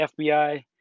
FBI